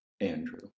Andrew